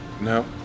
No